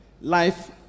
Life